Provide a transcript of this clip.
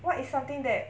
what is something that